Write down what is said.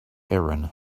erin